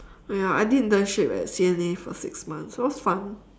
!aiya! I did internship at C_N_A for six months it was fun